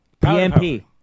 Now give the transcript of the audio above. PMP